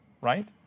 Right